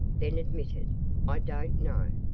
then admitted i don't know.